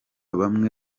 bamwe